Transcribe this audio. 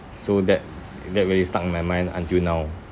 so that that really stuck in my mind until now